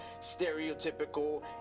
stereotypical